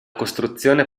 costruzione